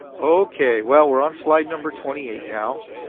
okay. well, we're on slide number twenty eight now.